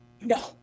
No